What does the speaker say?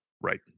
right